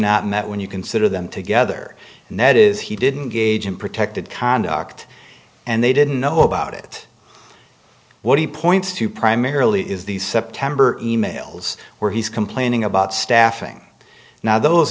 not in that when you consider them together and that is he didn't gauge and protected conduct and they didn't know about it what he points to primarily is the september e mails where he's complaining about staffing now those